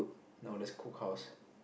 no there's cook house